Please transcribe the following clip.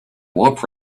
warp